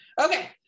okay